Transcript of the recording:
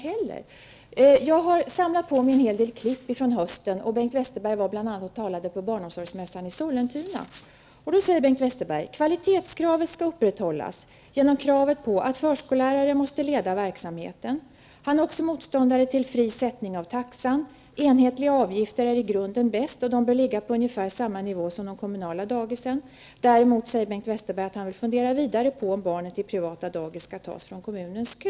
Jag har under hösten samlat på mig en hel del tidningsurklipp. Bengt Westerberg har talat bl.a. på barnomsorgsmässan i Sollentuna. Han sade då att ''kvalitetskravet skall upprätthållas genom kravet på att förskollärare måste leda verksamheten''. Bengt Westerberg är också motståndare till fri sättning av taxor: ''Enhetliga avgifter är i grunden bäst, och de bör ligga på ungefär samma nivå som taxan för de kommunala dagisen''. Däremot vill Bengt Westerberg fundera vidare på om barn till privata daghem skall tas från kommunens kö.